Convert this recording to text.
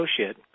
associate